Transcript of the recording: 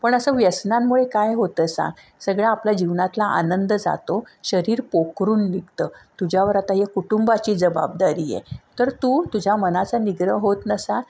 पण असं व्यसनांमुळे काय होतं सांग सगळं आपल्या जीवनातला आनंद जातो शरीर पोखरून निघतं तुझ्यावर आता या कुटुंबाची जबाबदारी आहे तर तू तुझ्या मनाचा निग्रह होत नसा